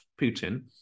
Putin